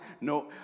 no